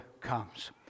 comes